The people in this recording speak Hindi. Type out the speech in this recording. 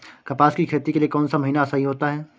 कपास की खेती के लिए कौन सा महीना सही होता है?